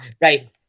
right